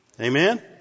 Amen